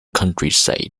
countryside